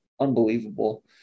unbelievable